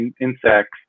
insects